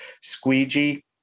squeegee